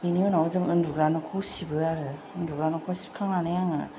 बिनि उनाव जों उन्दुग्रा न'खौ सिबो आरो उन्दुग्रा न'खौ सिबखांनानै आङो